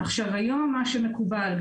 מה שמקובל היום,